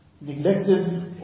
neglected